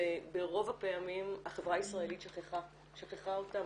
ברוב הפעמים החברה הישראלית שכחה אותם,